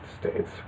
states